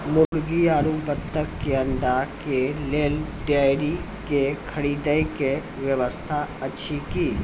मुर्गी आरु बत्तक के अंडा के लेल डेयरी के खरीदे के व्यवस्था अछि कि?